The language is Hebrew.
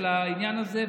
על העניין הזה,